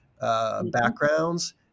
backgrounds